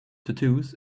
tattoos